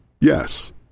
Yes